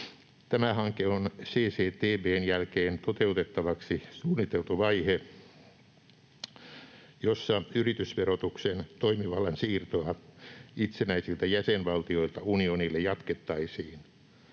Tämä hanke on CCTB:n jälkeen toteutettavaksi suunniteltu vaihe, jossa yritysverotuksen toimivallan siirtoa itsenäisiltä jäsenvaltioilta unionille jatkettaisiin.